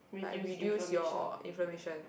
like reduce your inflammation